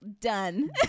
done